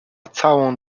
całą